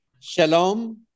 Shalom